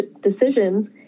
decisions